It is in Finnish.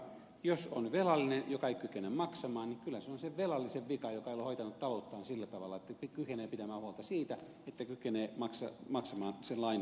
jos on velallinen joka ei kykene maksamaan niin kyllä se on sen velallisen vika joka ei ole hoitanut talouttaan sillä tavalla että kykenee pitämään huolta siitä että kykenee maksamaan sen lainan jonka on ottanut